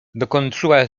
dokończyła